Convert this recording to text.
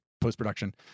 post-production